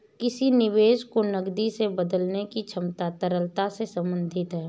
किसी निवेश को नकदी में बदलने की क्षमता तरलता से संबंधित है